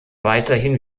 weiterhin